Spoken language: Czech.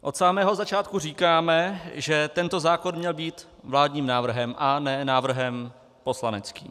Od samého začátku říkáme, že tento zákon měl být vládním návrhem a ne návrhem poslaneckým.